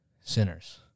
sinners